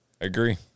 agree